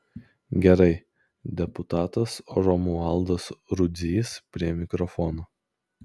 gerai deputatas romualdas rudzys prie mikrofono